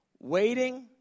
waiting